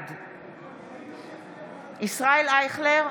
בעד ישראל אייכלר,